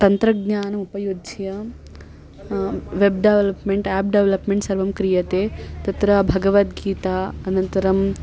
तन्त्रज्ञानम् उपयुज्य web development app development सर्वं क्रियते तत्र भगवद्गीता अनन्तरम्